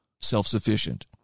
self-sufficient